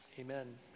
Amen